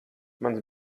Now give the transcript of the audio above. mans